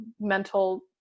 mental